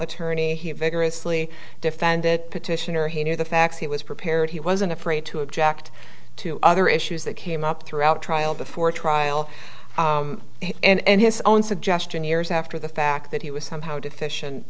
attorney he vigorously defended petitioner he knew the facts he was prepared he wasn't afraid to object to other issues that came up throughout a trial before trial and his own suggestion years after the fact that he was somehow deficient